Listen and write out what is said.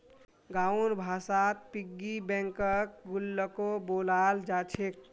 गाँउर भाषात पिग्गी बैंकक गुल्लको बोलाल जा छेक